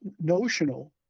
notional